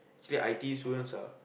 actually I_T_E students are